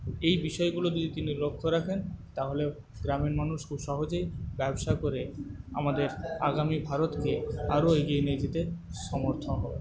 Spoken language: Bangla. এই বিষয়গুলো যদি তিনি লক্ষ্য রাখেন তাহলে গ্রামের মানুষ খুব সহজেই ব্যবসা করে আমাদের আগামী ভারতকে আরও এগিয়ে নিয়ে যেতে সমর্থ হবে